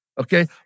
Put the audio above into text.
Okay